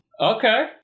Okay